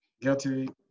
guilty